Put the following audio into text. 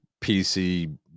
pc